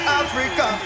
africa